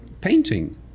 painting